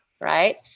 right